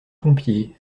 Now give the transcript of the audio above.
pompiers